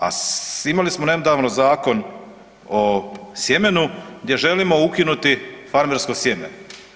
A imali smo nedavno zakon o sjemenu gdje želimo ukinuti farmersko sjeme.